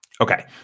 Okay